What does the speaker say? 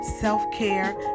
self-care